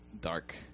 dark